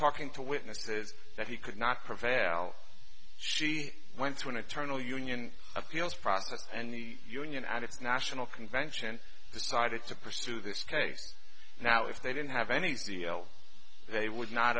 talking to witnesses that he could not prevail she went to an eternal union appeals process and the union and its national convention decided to pursue this case now if they didn't have any zeal they would not